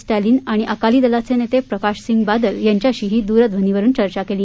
स्टॅलिन आणि अकाली दलचे नेते प्रकाशसिंग बादल यांच्याशीही दूरध्वनीवरून चर्चा केली